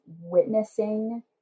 witnessing